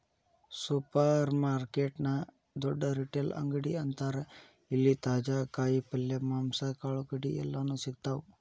supermarket ನ ದೊಡ್ಡ retail ಅಂಗಡಿ ಅಂತಾರ ಇಲ್ಲಿ ತಾಜಾ ಕಾಯಿ ಪಲ್ಯ, ಮಾಂಸ, ಕಾಳುಕಡಿ ಎಲ್ಲಾನೂ ಸಿಗ್ತಾವ